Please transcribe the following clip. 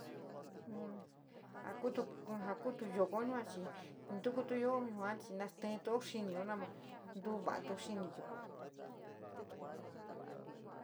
ja kutu, ja kutu yoko yua chí ntukuto yua chí natío xinio, ntuvatu xiniyo.